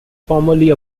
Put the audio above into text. formerly